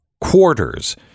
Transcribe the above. quarters